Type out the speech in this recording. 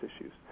issues